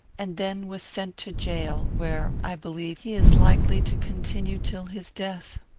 and then was sent to jail, where, i believe, he is likely to continue till his death.